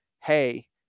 Hey